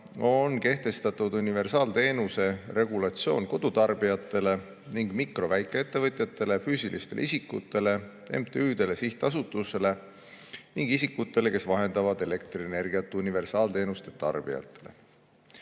on kehtestatud universaalteenuse regulatsioon kodutarbijatele, mikro- ja väikeettevõtjatele, füüsilistele isikutele, MTÜ-dele, sihtasutustele ja isikutele, kes vahendavad elektrienergiat universaalteenuste tarbijatele.